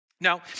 Now